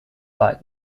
like